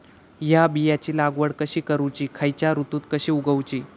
हया बियाची लागवड कशी करूची खैयच्य ऋतुत कशी उगउची?